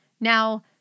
Now